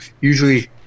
usually